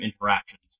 interactions